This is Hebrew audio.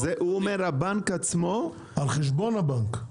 הוא אומר שהבנק עצמו --- על חשבון הבנק.